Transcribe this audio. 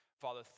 Father